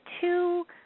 two